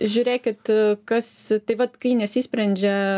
žiūrėkit kas tai vat kai nesisprendžia